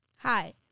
Hi